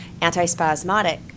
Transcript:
antispasmodic